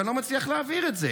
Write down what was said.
ואני לא מצליח להעביר את זה.